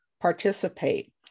participate